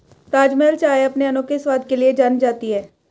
ताजमहल चाय अपने अनोखे स्वाद के लिए जानी जाती है